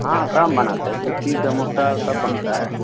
हाँ सब बनाते लिट्टी समोसा सब बनता है